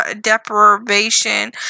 deprivation